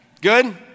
Good